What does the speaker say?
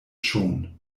schon